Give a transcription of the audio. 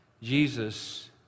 jesus